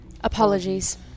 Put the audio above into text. Apologies